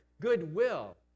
goodwill